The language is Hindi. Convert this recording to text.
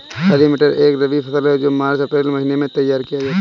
हरी मटर एक रबी फसल है जो मार्च अप्रैल महिने में तैयार किया जाता है